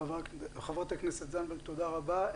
חברת הכנסת זנדברג, תודה רבה.